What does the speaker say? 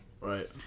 Right